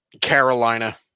Carolina